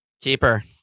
Keeper